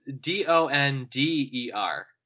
D-O-N-D-E-R